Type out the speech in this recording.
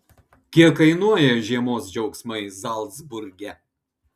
kiek kainuoja žiemos džiaugsmai zalcburge